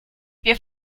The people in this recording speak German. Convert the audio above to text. wir